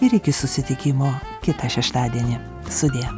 ir iki susitikimo kitą šeštadienį sudie